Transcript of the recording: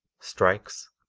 strikes,